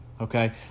okay